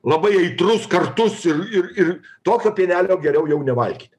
labai aitrus kartus ir ir ir tokio pienelio geriau jau nevalgyt